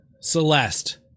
Celeste